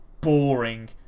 boring